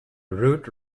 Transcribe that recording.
route